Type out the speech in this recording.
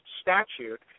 statute